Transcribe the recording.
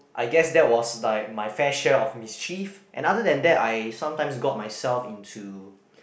I guess that was like my fair share of mischief and other than that I sometimes got myself into